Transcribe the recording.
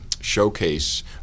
showcase